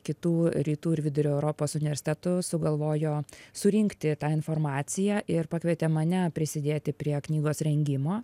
kitų rytų ir vidurio europos universitetų sugalvojo surinkti tą informaciją ir pakvietė mane prisidėti prie knygos rengimo